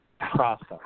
process